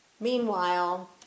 meanwhile